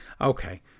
Okay